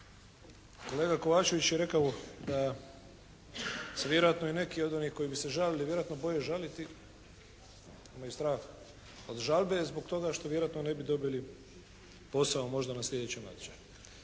Kolega Kovačević je rekao da se vjerojatno i neki od onih koji bi se žalili vjerojatno boje žaliti. Imaju strah od žalbe zbog toga što vjerojatno ne bi dobili posao možda na sljedećem natječaju.